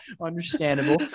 understandable